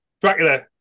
Dracula